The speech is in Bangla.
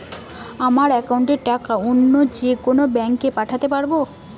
আমার একাউন্টের টাকা অন্য যেকোনো ব্যাঙ্কে পাঠাতে পারব?